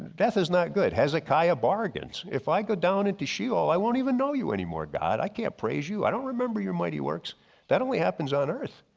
death is not good hezekiah bargains. if i go down into she'ol, i won't even know you anymore god. i can't praise you, i don't remember your mighty works that only happens on earth.